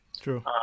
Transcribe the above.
True